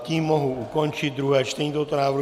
Tím mohu ukončit druhé čtení tohoto návrhu.